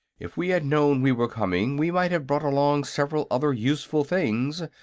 if we had known we were coming we might have brought along several other useful things,